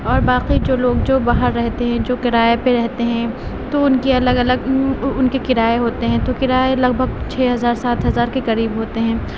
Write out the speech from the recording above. اور باقی جو لوگ جو باہر رہتے ہیں جو کرائے پہ رہتے ہیں تو ان کی الگ الگ ان کے کرائے ہوتے ہیں تو کرائے لگ بھگ چھ ہزار سات ہزار کے قریب ہوتے ہیں